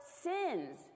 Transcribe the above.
sins